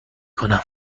کنم